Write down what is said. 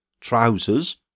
trousers